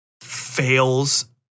fails